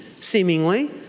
seemingly